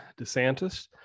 DeSantis